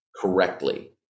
correctly